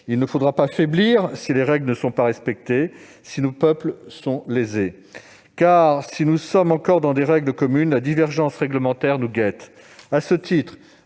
Il ne faudra pas faiblir si les règles ne sont pas respectées et si nos peuples sont lésés. En effet, si nous sommes encore dans des règles communes, la divergence réglementaire nous guette. À ce titre,